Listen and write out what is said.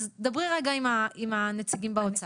אז דברי רגע עם הנציגים באוצר.